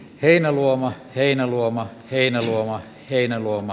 heinäluoma heinäluoma heinäluoma heinäluoma